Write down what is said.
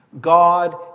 God